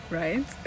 right